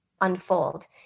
unfold